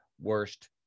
worst